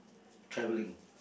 travelling